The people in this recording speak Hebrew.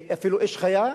ואפילו אש חיה,